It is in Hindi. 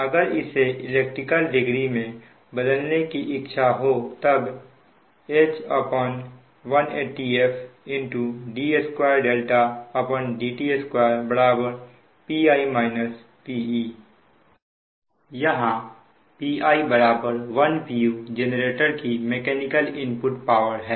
अगर इसे इलेक्ट्रिकल डिग्री में बदलने की इच्छा हो तो तब H180f d2dt2 Pi Pe यहां Pi1 pu जेनरेटर की मेकेनिकल इनपुट पावर है